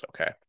okay